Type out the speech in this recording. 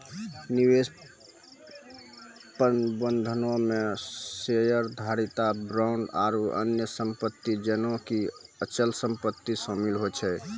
निवेश प्रबंधनो मे शेयरधारिता, बांड आरु अन्य सम्पति जेना कि अचल सम्पति शामिल होय छै